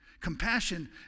Compassion